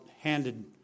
handed